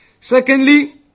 Secondly